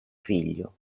figlio